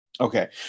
Okay